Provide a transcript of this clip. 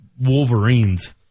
Wolverines